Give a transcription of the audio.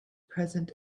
present